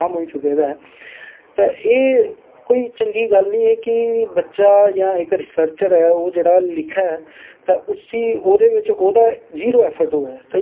बडे तंग होऐ दे है जेहके पिच्छे परिवार दो त्रै रेही चुके दे ना बड़ा लोकें पर मतलब कि जात पात उप्पर पंगे कराना दंगे कराना ओहका चीज कराना एहकी चीज कराना पर एह् है कि जंदू दे